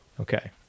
Okay